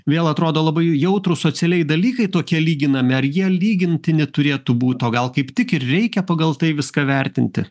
vėl atrodo labai jautrūs socialiai dalykai tokie lyginami ar jie lygintini turėtų būt o gal kaip tik ir reikia pagal tai viską vertinti